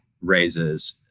raises